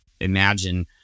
imagine